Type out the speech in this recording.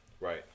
Right